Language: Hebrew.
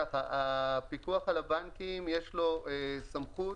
לפיקוח על הבנקים יש סמכות